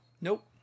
Nope